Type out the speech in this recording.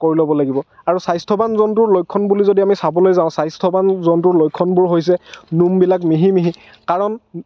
কৰি ল'ব লাগিব আৰু স্বাস্থ্যৱান জন্তুৰ লক্ষণ বুলি যদি আমি চাবলৈ যাওঁ স্বাস্থ্যৱান জন্তুৰ লক্ষণবোৰ হৈছে নোমবিলাক মিহি মিহি কাৰণ